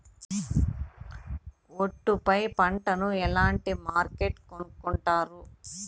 ఒట్టు పై పంటను ఎలా మార్కెట్ కొనుక్కొంటారు?